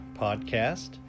podcast